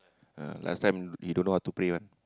ah last time he don't know what to pray one